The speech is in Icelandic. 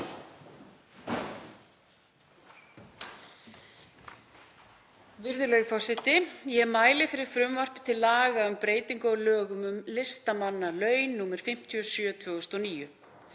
Virðulegi forseti. Ég mæli fyrir frumvarpi til laga um breytingu á lögum um listamannalaun, nr. 57/2009.